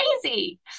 crazy